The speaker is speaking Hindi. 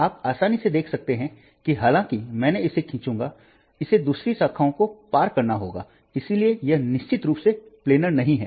आप आसानी से देख सकते हैं कि हालांकि मैं इसे खींचूंगा इसे दूसरी शाखा को पार करना होगा इसलिए यह निश्चित रूप से प्लेनर नहीं है